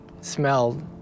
smelled